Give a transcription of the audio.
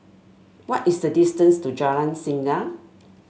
what is the distance to Jalan Singa